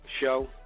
show